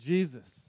Jesus